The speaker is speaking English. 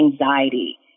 anxiety